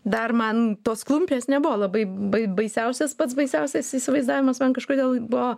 dar man tos klumpės nebuvo labai bai baisiausias pats baisiausias įsivaizdavimas man kažkodėl buvo